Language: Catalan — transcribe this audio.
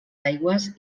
aigües